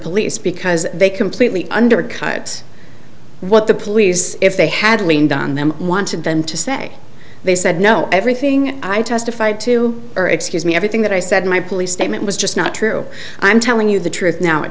police because they completely undercut what the police if they had leaned on them wanted them to say they said no everything i testified to or excuse me everything that i said my police statement was just not true i'm telling you the truth now at